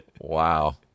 Wow